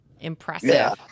Impressive